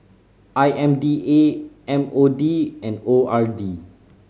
I M D A M O D and O R D